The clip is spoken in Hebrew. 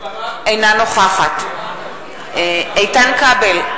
אינה נוכחת איתן כבל,